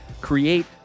create